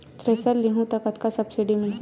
Thresher लेहूं त कतका सब्सिडी मिलही?